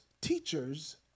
teachers